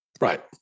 Right